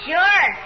Sure